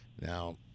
Now